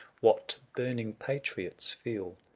what burning patriots feel,